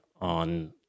on –